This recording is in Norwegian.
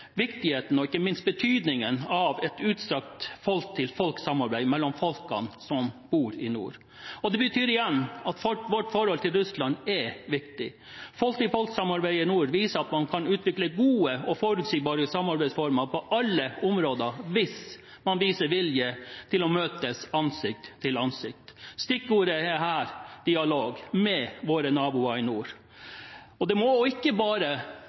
viktigheten og ikke minst betydningen av et utstrakt folk-til-folk-samarbeid mellom folkene som bor i nord. Det betyr igjen at vårt forhold til Russland er viktig. Folk-til-folk-samarbeidet i nord viser at man kan utvikle gode og forutsigbare samarbeidsformer på alle områder hvis man viser vilje til å møtes ansikt til ansikt. Stikkordet er her dialog med våre naboer i nord. Det må ikke bare